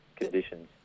conditions